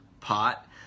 pot